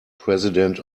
president